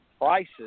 prices